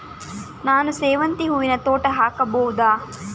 ನಾನು ಸೇವಂತಿ ಹೂವಿನ ತೋಟ ಹಾಕಬಹುದಾ?